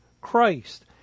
Christ